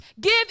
give